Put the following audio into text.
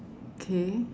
K